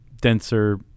denser